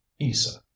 Isa